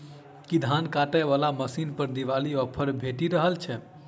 की धान काटय वला मशीन पर दिवाली ऑफर भेटि रहल छै?